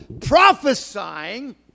Prophesying